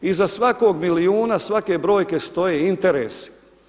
Iza svakog milijuna, svake brojke stoje interesi.